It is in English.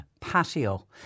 patio